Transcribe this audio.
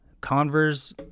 Converse